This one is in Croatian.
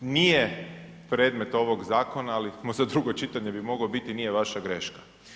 Nije predmet ovog zakona, ali za drugo čitanje bi mogao biti, nije vaša greška.